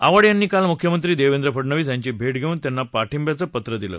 आवाडे यांनी काल मुख्यमंत्री देवेंद्र फडणवीस यांची भेट घेऊन त्यांना पाठिंब्याचं पत्र दिलं